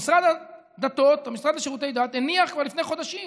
המשרד לשירותי דת הניח כבר לפני חודשים